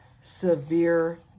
severe